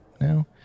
now